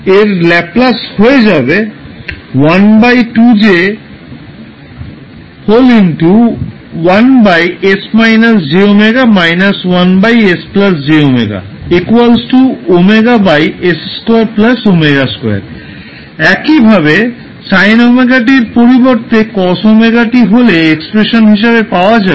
এর ল্যাপলাস হয়ে যাবে একইভাবে sin ωt এর পরিবর্তে cos ωt হলে এক্সপ্রেশান হিসেবে পাওয়া যাবে